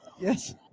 Yes